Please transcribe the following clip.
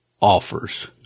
offers